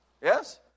Yes